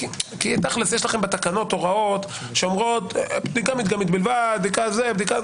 כי תכלס יש לכם בתקנות הוראות שאומרות "בדיקה מדגמית בלבד" וכו'.